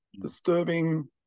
disturbing